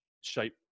shape